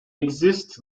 exist